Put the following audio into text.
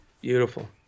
Beautiful